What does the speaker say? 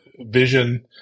vision